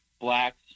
blacks